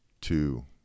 two